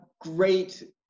great